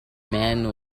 man